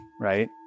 right